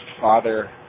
father